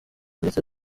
ndetse